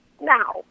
now